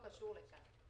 בבקשה.